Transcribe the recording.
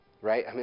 Right